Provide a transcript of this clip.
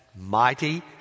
mighty